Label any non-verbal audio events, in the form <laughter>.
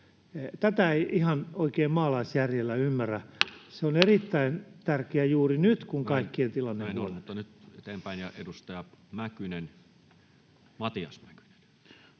Tätä ei oikein maalaisjärjellä ymmärrä. <noise> Se on erittäin tärkeä juuri nyt, kun kaikkien tilanne